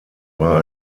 war